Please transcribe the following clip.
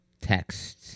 text